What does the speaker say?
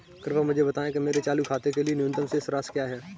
कृपया मुझे बताएं कि मेरे चालू खाते के लिए न्यूनतम शेष राशि क्या है?